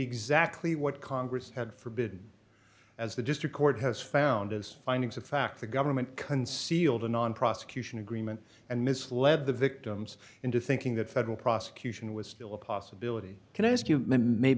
exactly what congress had forbid as the district court has found as findings of fact the government concealed a non prosecution agreement and misled the victims into thinking that federal prosecution was still a possibility can i ask you ma